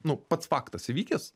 nu pats faktas įvykęs